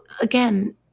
again